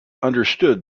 understood